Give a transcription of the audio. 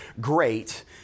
Great